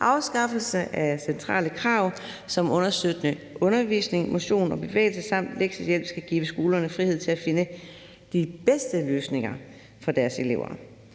Afskaffelse af centrale krav som understøttende undervisning, motion og bevægelse samt lektiehjælp skal give skolerne frihed til at finde de bedste løsninger for deres elever.